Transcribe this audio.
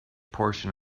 portion